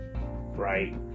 Right